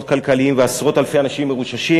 כלכליים ועשרות אלפי אנשים מרוששים,